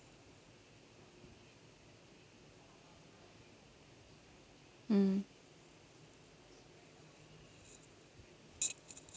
mm